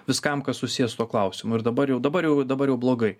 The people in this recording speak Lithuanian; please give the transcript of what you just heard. viskam kas susiję su tuo klausimu ir dabar jau dabar jau dabar jau blogai